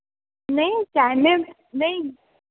नहीं चाय में नहीं